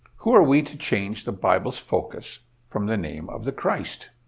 who are we to change the bible's focus from the name of the christ?